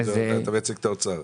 אתה מייצג את האוצר.